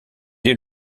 est